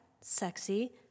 sexy